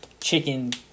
chicken